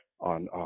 on